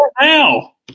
now